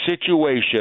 situation